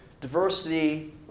diversity